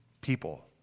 people